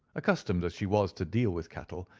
accustomed as she was to deal with cattle,